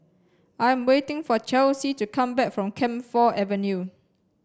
I am waiting for Chelsey to come back from Camphor Avenue